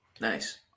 Nice